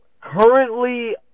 Currently